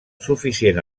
suficient